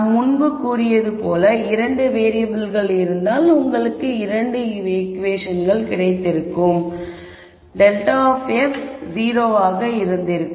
நாம் முன்பு கூறியது போல 2 வேறியபிள்கள் இருந்தால் உங்களுக்கு 2 ஈகுவேஷன்கள் கிடைத்திருக்கும் ∇f 0 ஆக இருந்திருக்கும்